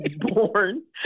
born